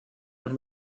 und